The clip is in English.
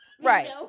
Right